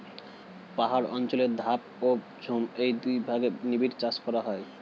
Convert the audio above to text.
পাহাড় অঞ্চলে ধাপ ও ঝুম এই দুই ভাগে নিবিড় চাষ করা হয়